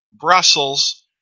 Brussels